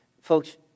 folks